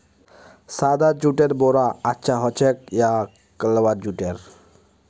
सादा जुटेर बोरा अच्छा ह छेक या कलवा जुटेर